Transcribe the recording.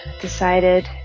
decided